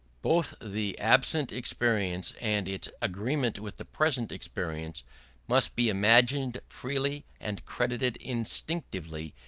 both the absent experience and its agreement with the present experience must be imagined freely and credited instinctively,